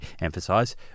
emphasize